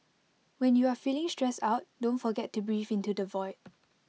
when you are feeling stressed out don't forget to breathe into the void